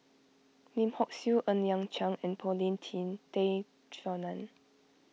Lim Hock Siew Ng Liang Chiang and Paulin Tay Straughan